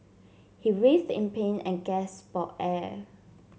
he writhed in pain and gasped for air